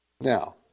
Now